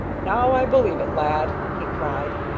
now i believe it, lad! he cried.